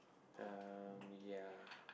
um ya